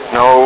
no